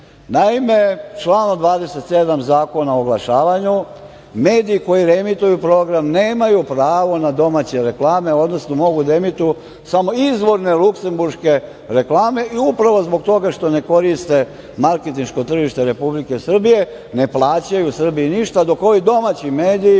Naime, članom 27. Zakona o oglašavanju, mediji koji reemituju program nemaju pravo na domaće reklame, odnosno mogu da emituju samo izvorne luksemburške reklame i upravo zbog toga što ne koriste marketinško tržište Republike Srbije ne plaćaju Srbiji ništa, dok ovi domaći mediji,